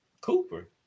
Cooper